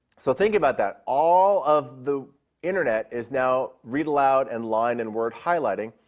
so think about that, all of the internet is now read aloud and line and word highlighting.